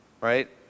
Right